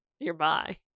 nearby